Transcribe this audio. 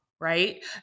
right